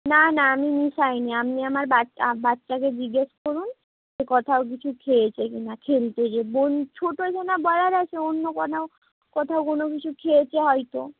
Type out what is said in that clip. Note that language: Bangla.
না না আমি মিশাই নি আপনি আপনার বাচ্চাকে জিজ্ঞেস করুন যে কোথাও কিছু খেয়েছে কি না খেলতে গিয়ে ছোটোজনা বলার আছে অন্য কোনো কোথাও কোনো কিছু খেয়েছে হয়তো